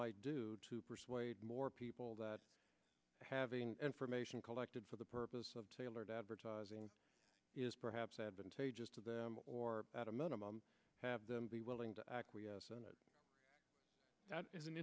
might do to persuade more people that having information collected for the purpose of tailored advertising is perhaps advantageous to them or at a minimum have them be willing to acquiesce and that is an